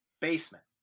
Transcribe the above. Basement